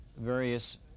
various